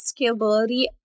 scalability